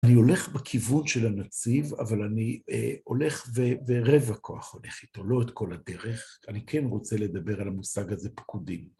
אני הולך בכיוון של הנציב, אבל אני הולך ורבע כוח הולך איתו, לא את כל הדרך, אני כן רוצה לדבר על המושג הזה פקודים.